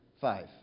five